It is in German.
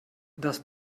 das